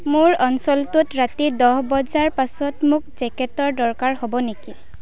মোৰ অঞ্চলটোত ৰাতি দহ বজাৰ পাছত মোক জেকেটৰ দৰকাৰ হ'ব নেকি